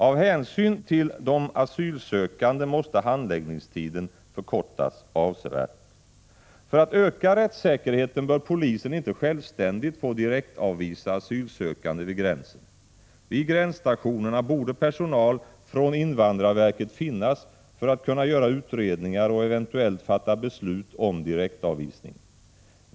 Av hänsyn till de asylsökande måste handläggningstiden förkortas avsevärt. För att öka rättssäkerheten bör polisen inte självständigt få direktavvisa asylsökande vid gränsen. Vid gränsstationerna borde personal från invandrarverket finnas för att kunna göra utredningar och eventuellt fatta beslut om direktavvisning.